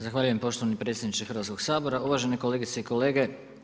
Zahvaljujem poštovani predsjedniče Hrvatskoga sabora, uvažene kolegice i kolege.